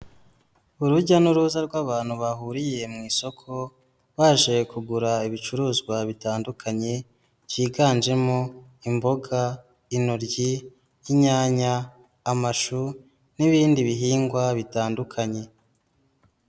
Urujya n'uruza rw'abantu bahuriye mu isoko baje kugura ibicuruzwa bitandukanye, byiganjemo imboga, inoryi, inyanya, amashu n'ibindi bihingwa bitandukanye.